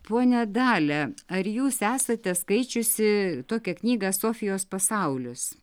ponia dalia ar jūs esate skaičiusi tokią knygą sofijos pasaulis